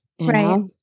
Right